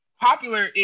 Popular